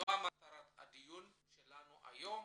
זו מטרת הדיון שלנו היום.